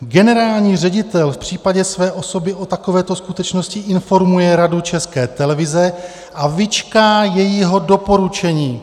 Generální ředitel v případě své osoby o takovéto skutečnosti informuje Radu České televize a vyčká jejího doporučení.